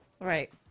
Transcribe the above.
Right